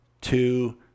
two